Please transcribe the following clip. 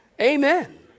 Amen